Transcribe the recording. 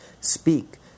speak